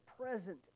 present